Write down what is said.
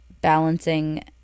balancing